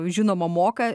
žinoma moka